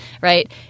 right